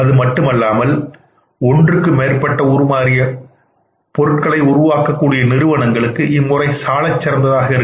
அதுமட்டுமல்லாமல் ஒன்றுக்கு மேற்பட்ட உருமாறிய பொருட்களை உருவாக்க கூடிய நிறுவனங்களுக்கும் இம்முறை சாலச் சிறந்ததாக இருக்கும்